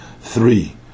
three